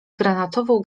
granatową